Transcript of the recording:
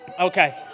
Okay